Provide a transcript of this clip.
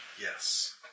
Yes